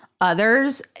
others